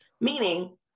Meaning